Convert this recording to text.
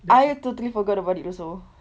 I totally forgot about it also